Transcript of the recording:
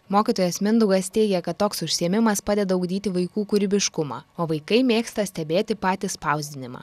mokytojas mindaugas teigia kad toks užsiėmimas padeda ugdyti vaikų kūrybiškumą o vaikai mėgsta stebėti patį spausdinimą